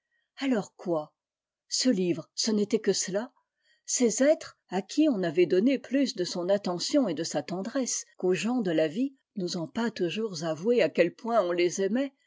alors quoi ce livre ce n'était que cela ces êtres à qui on avait donné plus de son attention et de sa tendresse qu'aux gens de la vie n'osant pas toujours avouer à quel point on les aimait